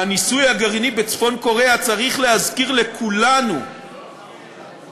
הניסוי הגרעיני בצפון-קוריאה צריך להזכיר לכולנו שהמאמץ